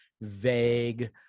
vague